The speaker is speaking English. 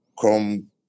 come